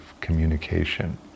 communication